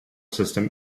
system